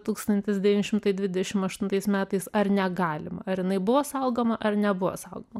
tūkstantis devyni šimtai dvidešim aštuntais metais ar negalima ar jinai buvo saugoma ar nebuvo saugoma